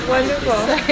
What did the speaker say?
Wonderful